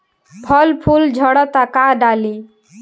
फल फूल झड़ता का डाली?